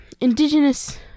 indigenous